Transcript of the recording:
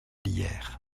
d’hier